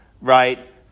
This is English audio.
right